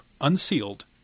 unsealed